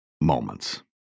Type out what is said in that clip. moments